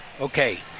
Okay